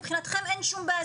מבחינתכם אין בעיה,